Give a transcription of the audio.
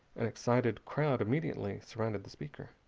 an excited crowd immediately surrounded the speaker.